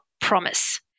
promise